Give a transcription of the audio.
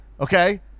Okay